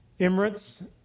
Emirates